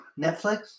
netflix